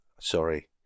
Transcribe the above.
Sorry